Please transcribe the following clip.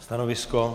Stanovisko?